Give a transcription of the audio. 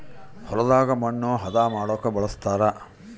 ಹೊಲದಾಗ ಮಣ್ಣು ಹದ ಮಾಡೊಕ ಬಳಸ್ತಾರ